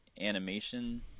animation